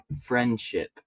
friendship